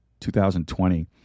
2020